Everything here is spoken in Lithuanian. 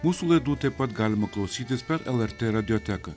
mūsų laidų taip pat galima klausytis per lrt radioteką